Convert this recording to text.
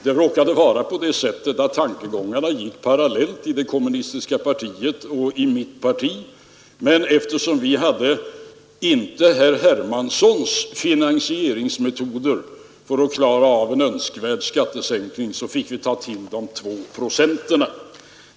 Det råkade vara så att tankegångarna gick parallellt i det kommunistiska partiet och i mitt parti, men eftersom vi inte hade herr Hermanssons finansieringsmetoder för att klara en önskvärd skattesänkning fick vi ta till de 2 procenten.